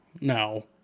no